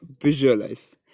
visualize